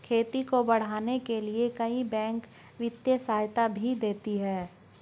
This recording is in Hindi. खेती को बढ़ाने के लिए कई बैंक वित्तीय सहायता भी देती है